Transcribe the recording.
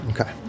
Okay